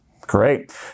Great